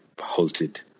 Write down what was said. halted